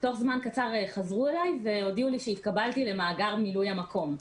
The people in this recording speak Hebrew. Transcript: תוך זמן קצר חזרו אלי והודיעו לי שהתקבלתי למאגר מילוי המקום.